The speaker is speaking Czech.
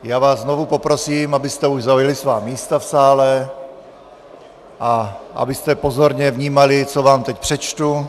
Já vás znovu poprosím, abyste už zaujali svá místa v sále a abyste pozorně vnímali, co vám teď přečtu.